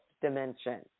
dimension